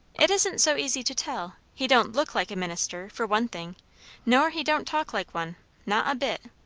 it isn't so easy to tell. he don't look like a minister, for one thing nor he don't talk like one not a bit.